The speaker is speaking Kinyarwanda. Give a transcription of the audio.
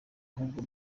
ahubwo